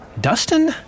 Dustin